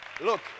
look